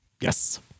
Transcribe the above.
Yes